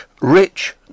rich